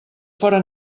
fóra